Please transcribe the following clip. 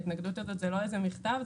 ההתנגדות הזו היא לא איזה מכתב,